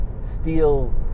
steel